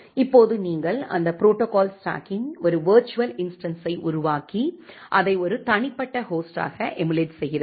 இப்போது நீங்கள் அந்த ப்ரோடோகால் ஸ்டாக்கின் ஒரு விர்ச்சுவல் இன்ஸ்டன்ஸை உருவாக்கி அதை ஒரு தனிப்பட்ட ஹோஸ்டாக எமுலேட் செய்கிறது